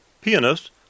pianist